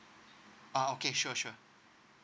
uh okay sure sure